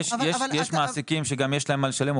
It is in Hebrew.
יש מעסיקים שגם יש להם מה לשלם או